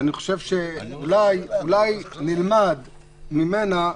אולי נלמד ממנה,